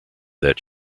that